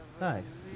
Nice